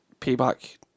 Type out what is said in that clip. Payback